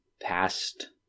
past